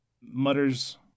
mutters